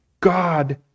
God